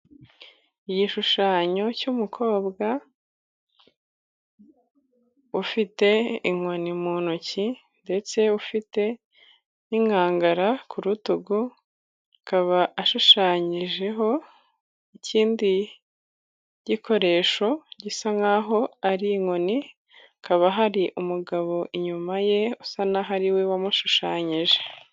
Igishushanyo cy'umukobwa ufite inkoni mu ntoki ndetse ufite n'inkangara ku rutugu, akaba ashushanyijeho ikindi gikoresho gisa nkaho ari inkoni, hakaba hari umugabo inyuma ye usa naho ariwe wamushushanyije.